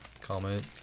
comment